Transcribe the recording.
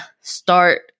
start